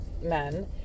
men